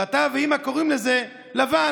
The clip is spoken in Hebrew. ואתה ואימא קוראים לזה "לבן".